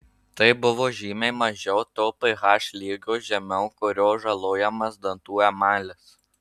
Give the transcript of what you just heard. tai buvo žymiai mažiau to ph lygio žemiau kurio žalojamas dantų emalis